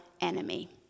enemy